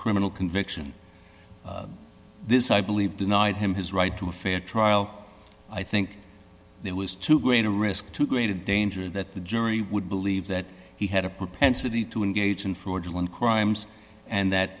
criminal conviction this i believe denied him his right to a fair trial i think there was too great a risk too great a danger that the jury would believe that he had a propensity to engage in florida law in crimes and that